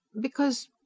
Because